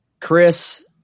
Chris